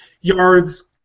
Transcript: yards